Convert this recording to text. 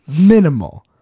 Minimal